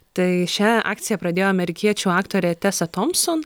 tai šią akciją pradėjo amerikiečių aktorė tesa tompson